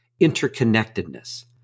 interconnectedness